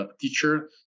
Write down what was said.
teacher